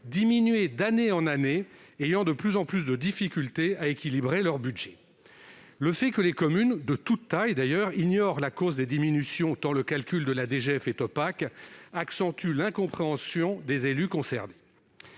diminuer d'année en année, et éprouvent de plus en plus de difficultés à équilibrer leur budget. Que les communes de toutes tailles ignorent les causes de ces diminutions, tant le calcul de la DGF est opaque, accentue l'incompréhension des élus concernés.